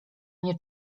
nie